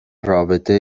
رابطه